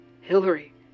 Hillary